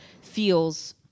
feels